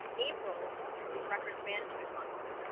april is records management month.